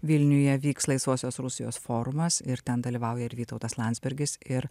vilniuje vyks laisvosios rusijos forumas ir ten dalyvauja ir vytautas landsbergis ir